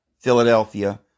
Philadelphia